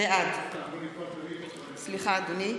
(קוראת בשמות חברי הכנסת) סליחה, אדוני.